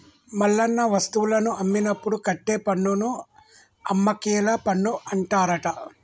మల్లన్న వస్తువులను అమ్మినప్పుడు కట్టే పన్నును అమ్మకేల పన్ను అంటారట